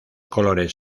colores